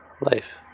life